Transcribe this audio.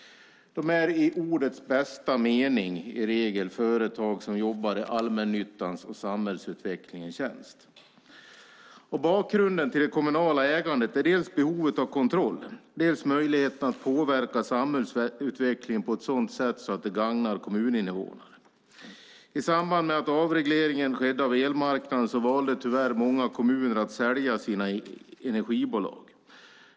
De är i ordets bästa mening i regel företag som jobbar i allmännyttans och samhällsutvecklingens tjänst. Bakgrunden till det kommunala ägandet är dels behovet av kontroll, dels möjligheten att påverka samhällsutvecklingen på ett sådant sätt så att det gagnar kommuninvånarna. I samband med avregleringen av elmarknaden valde tyvärr många kommuner att sälja sina energibolag.